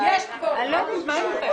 מחדש את הדיון.